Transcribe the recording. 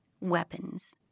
weapons